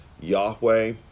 Yahweh